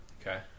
Okay